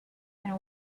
and